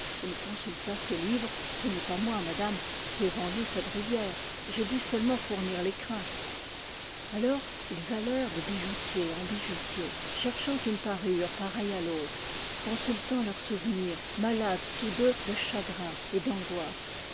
il consulta ses livres ce n'est pas moi madame qui ai vendu cette rivière j'ai dû seulement fournir l'écrin alors ils allèrent de bijoutier en bijoutier cherchant une parure pareille à l'autre consultant leurs souvenirs malades tous deux de chagrin et d'angoisse